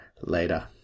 later